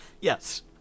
Yes